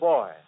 Boy